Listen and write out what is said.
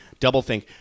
DoubleThink